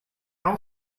all